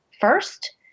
first